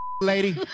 lady